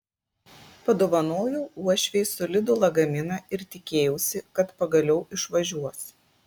padovanojau uošvei solidų lagaminą ir tikėjausi kad pagaliau išvažiuos